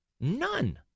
none